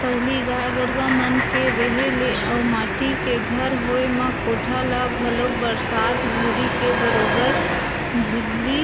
पहिली गाय गरुवा मन के रेहे ले अउ माटी के घर होय म कोठा ल घलोक बरसात घरी के बरोबर छिल्ली